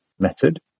Method